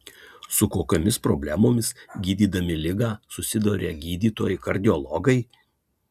su kokiomis problemomis gydydami ligą susiduria gydytojai kardiologai